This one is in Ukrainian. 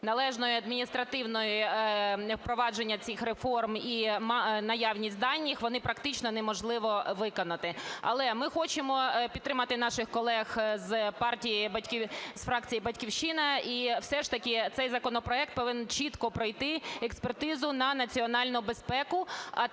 належної адміністративної… впровадження цих реформ і наявність даних, вони практично неможливо виконати. Але ми хочемо підтримати наших колег з фракції "Батьківщина", і все ж таки цей законопроект повинен чітко пройти експертизу на національну безпеку.